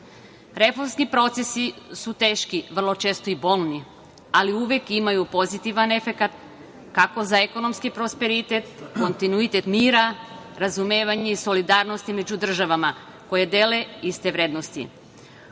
dolazim. Reformski procesi su teški, vrlo često i bolni, ali uvek imaju pozitivan efekat, kako za ekonomski prosperitet, kontinuitet mira, razumevanja i solidarnosti među državama koje dele iste vrednosti. Ovi